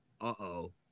uh-oh